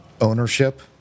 ownership